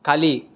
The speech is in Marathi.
खाली